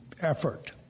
effort